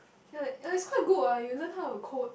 ya ya is quite good what you learn how to code